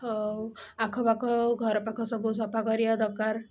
ଆଉ ଆଖ ପାଖ ଘର ପାଖ ସବୁ ସଫା କରିବା ଦରକାର